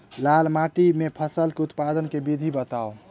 लाल माटि मे फसल केँ उत्पादन केँ विधि बताऊ?